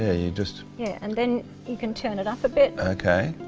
ah you just. and then you can turn it up a bit okay.